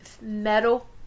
metal